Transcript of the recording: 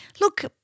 look